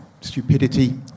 stupidity